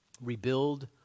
Rebuild